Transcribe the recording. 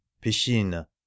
piscina